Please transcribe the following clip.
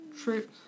true